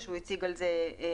אסמכתה שהוא הציג על זה מסמכים.